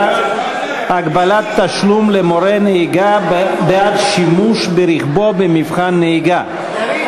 (הגבלת תשלום למורה נהיגה בעד שימוש ברכבו במבחן נהיגה) יריב,